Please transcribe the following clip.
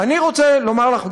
אני רוצה לומר לך,